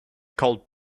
called